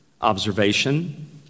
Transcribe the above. observation